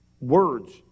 words